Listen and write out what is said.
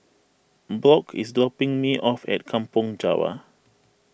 Brock is dropping me off at Kampong Java